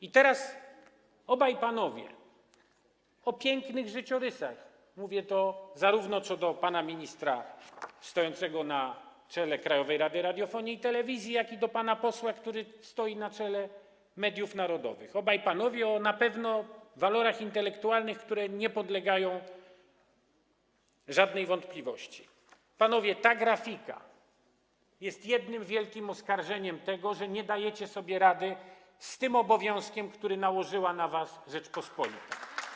I teraz obaj panowie o pięknych życiorysach, mówię to zarówno do pana ministra stojącego na czele Krajowej Rady Radiofonii i Telewizji, jak i do pana posła, który stoi na czele Rady Mediów Narodowych, obaj to panowie o walorach intelektualnych, które nie podlegają żadnej wątpliwości: panowie, ta grafika jest jednym wielkim oskarżeniem tego, że nie dajecie sobie rady z tym obowiązkiem, który nałożyła na was Rzeczpospolita.